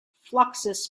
fluxus